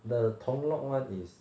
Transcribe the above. the Tung Lok [one] is